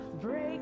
Break